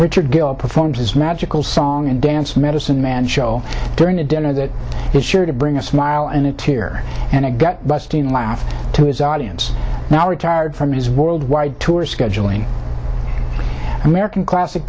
richard gill performs his magical song and dance medicine man show during a dinner that is sure to bring a smile and a tear and a gut busting laugh to his audience now rick from his worldwide tour scheduling american classic